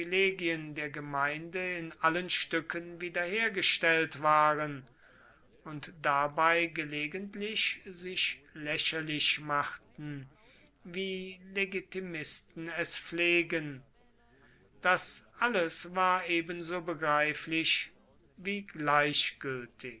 privilegien der gemeinde in allen stücken wiederhergestellt waren und dabei gelegentlich sich lächerlich machten wie legitimisten es pflegen das alles war ebenso begreiflich wie gleichgültig